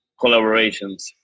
collaborations